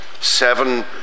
seven